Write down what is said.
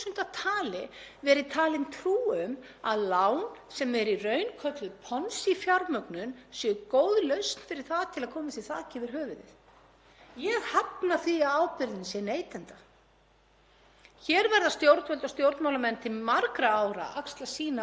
Ég hafna því að ábyrgðin sé neytanda. Hér verða stjórnvöld og stjórnmálamenn til margra ára að axla sína ábyrgð. Dr. Ólafur Margeirsson fjallar svo í fyrrnefndri skýrslu um afleiðingar þessarar spákaupmennskufjármögnunar og segir: